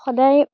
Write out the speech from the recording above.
সদায়